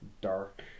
dark